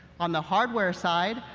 on the hardware side,